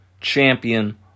champion